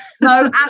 No